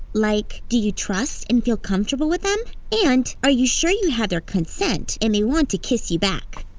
like do you trust and feel comfortable with them, and are you sure you have their consent and they want to kiss you back?